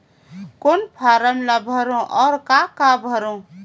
कौन फारम ला भरो और काका भरो?